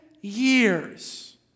years